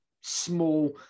small